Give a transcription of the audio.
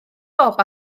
bob